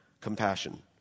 compassion